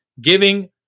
Giving